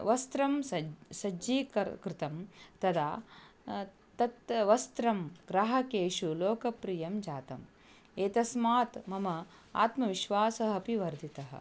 वस्त्रं सज् सज्जी कर्तुं कृतं तदा तत् वस्त्रं ग्राहकेषु लोकप्रियं जातम् एतस्मात् मम आत्मविश्वासः अपि वर्धितः